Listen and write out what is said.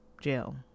jail